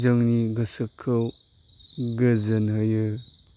जोंनि गोसोखौ गोजोन होयो